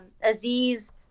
Aziz